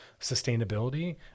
sustainability